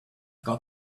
got